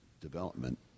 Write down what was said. development